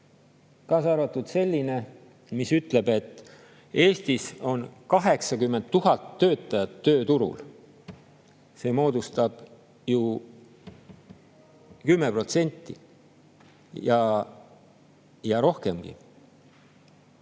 kaasa arvatud selline, mis ütleb, et Eestis on 80 000 töötajat tööturul – see moodustab ju 10% ja rohkemgi